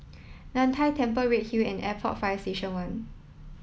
Nan Hai Temple Redhill and Airport Fire Station One